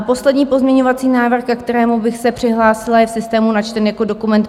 Poslední pozměňovací návrh, ke kterému bych se přihlásila, je v systému načten jako dokument 1573.